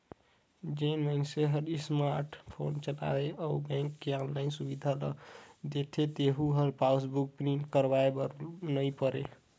जेन मइनसे हर स्मार्ट फोन चलाथे अउ बेंक मे आनलाईन सुबिधा ल देथे तेहू ल पासबुक प्रिंट करवाये बर नई परे